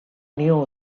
knew